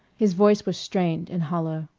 his voice was strained and hollow.